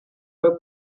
fue